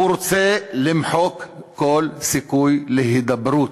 הוא רוצה למחוק כל סיכוי להידברות,